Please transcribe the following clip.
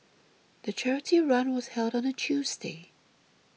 the charity run was held on a Tuesday